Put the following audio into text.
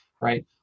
right